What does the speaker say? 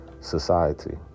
society